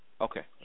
Okay